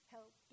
Help